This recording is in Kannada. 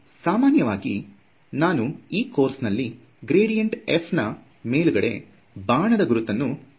ಸಾಮಾನ್ಯವಾಗಿ ನಾನು ಈ ಕೋರ್ಸ್ ನಲ್ಲಿ ಗ್ರೇಡಿಯಂಟ್ f ನಾ ಮೇಲುಗಡೆ ಬಾಣದ ಗುರುತನ್ನು ಚಿತ್ರಿಸುವುದಿಲ್ಲ